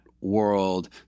world